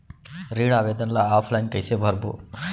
ऋण आवेदन ल ऑफलाइन कइसे भरबो?